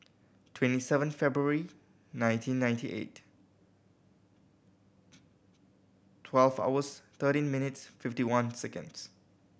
twenty seven February nineteen ninety eight twelve hours thirteen minutes fifty one seconds